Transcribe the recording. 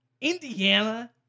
Indiana